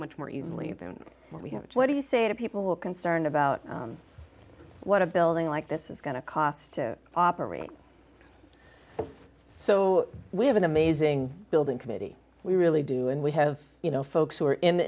much more easily than what we have what do you say to people concerned about what a building like this is going to cost to operate so we have an amazing building committee we really do and we have you know folks who are in the